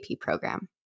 program